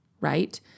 right